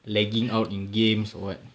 lagging out in games or [what]